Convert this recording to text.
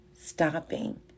stopping